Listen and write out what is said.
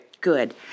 Good